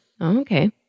Okay